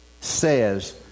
says